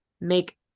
make